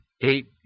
eight